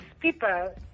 people